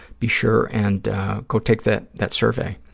be sure and go take that that survey.